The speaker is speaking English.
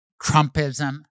Trumpism